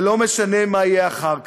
ולא משנה מה יהיה אחר כך.